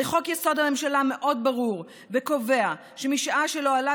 הרי חוק-יסוד: הממשלה מאוד ברור וקובע שמשעה שלא עלה